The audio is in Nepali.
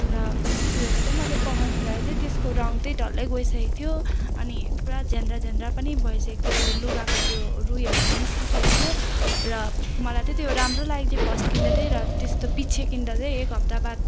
र त्यो धोएर तै मैले पखाल्न जाँदा चाहिँ त्यसको रङ तै डल्लै गइसकेको थियो अनि पुरा छ्यान्द्रा छ्यान्द्रा पनि भइसकेको थियो लुगाको त्यो रुईहरू निस्किसकेको थियो र मलाई त त्यो राम्रो लागेको थियो फर्स्ट किन्दा तै र त्यस्तो पछि किन्दा तै एक हप्ता बाद